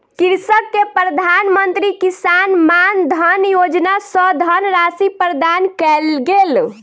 कृषक के प्रधान मंत्री किसान मानधन योजना सॅ धनराशि प्रदान कयल गेल